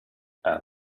and